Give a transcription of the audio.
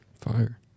Fire